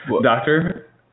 doctor